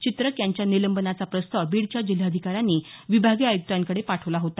चित्रक यांच्या निलंबनाचा प्रस्ताव बीडच्या जिल्हाधिकाऱ्यांनी विभागीय आयुक्तांकडे पाठवला होता